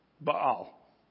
Baal